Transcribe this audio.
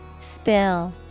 Spill